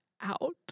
out